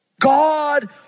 God